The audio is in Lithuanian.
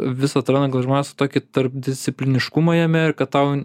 vis atranda gal žmonės tokį tarpdiscipliniškumą jame ir kad tau